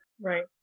right